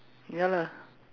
ya lah